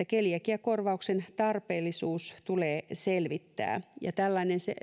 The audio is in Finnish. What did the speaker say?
keliakiakorvauksen tarpeellisuus tulee selvittää ja tällainen